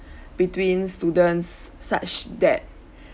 between students such that